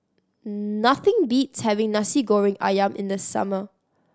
nothing beats having Nasi Goreng Ayam in the summer